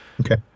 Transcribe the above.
Okay